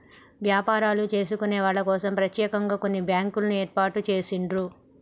వ్యాపారాలు చేసుకునే వాళ్ళ కోసం ప్రత్యేకంగా కొన్ని బ్యాంకుల్ని ఏర్పాటు చేసిండ్రు